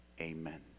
Amen